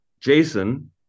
Jason